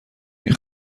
این